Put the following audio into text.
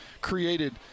created